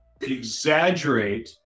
exaggerate